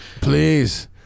Please